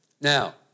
Now